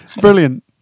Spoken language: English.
brilliant